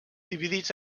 dividits